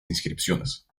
inscripciones